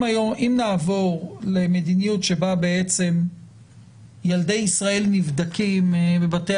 אם נעבור למדיניות שבה בעצם ילדי ישראל נבדקים בבתי